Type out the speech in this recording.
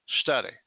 Study